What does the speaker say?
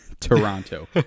Toronto